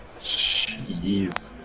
Jeez